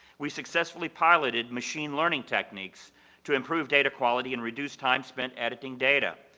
we successfully piloted machine learning techniques to improve data quality and reduce time spent editing data.